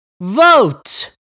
vote